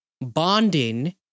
bonding